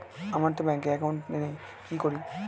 আমারতো ব্যাংকে একাউন্ট নেই কি করি?